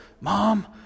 Mom